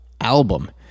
album